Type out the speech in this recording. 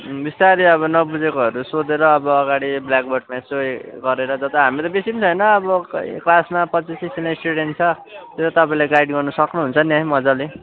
बिस्तारै अब नबुझेकोहरू सोधेर अब अगाडि ब्ल्याकबोर्डमा यसो गरेर त्यो त हाम्रो बेसी पनि छैन खै क्लासमा पच्चिस तिसजना स्टुडेन्ट छ त्यो त तपाईँले गाइड गर्न सक्नुहुन्छ नि है मजाले